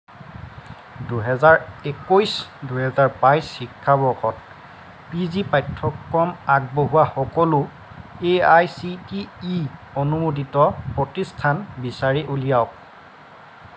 দুহেজাৰ একৈশ দুহেজাৰ বাইছ শিক্ষাবৰ্ষত পি জি পাঠ্যক্ৰম আগবঢ়োৱা সকলো A I C T E অনুমোদিত প্ৰতিষ্ঠান বিচাৰি উলিয়াওক